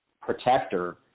protector